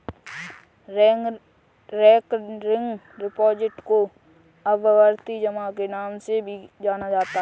recurring deposit को आवर्ती जमा के नाम से भी जाना जाता है